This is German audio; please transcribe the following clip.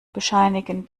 bescheinigen